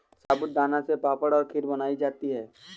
साबूदाना से पापड़ और खीर बनाई जाती है